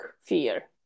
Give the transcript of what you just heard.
fear